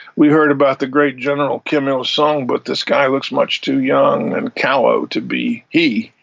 we heard about the great general kim il-sung, but this guy looks much too young and callow to be he.